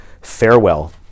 farewell